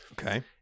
okay